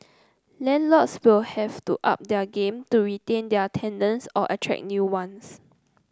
landlords will have to up their game to retain their tenants or attract new ones